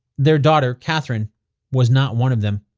their daughter katherine was not one of them.